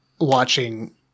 watching